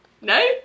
No